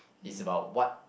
it's about what